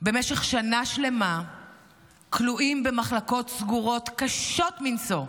במשך שנה שלמה כלואים במחלקות סגורות קשות מנשוא.